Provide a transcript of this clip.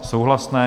Souhlasné.